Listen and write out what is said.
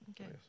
Okay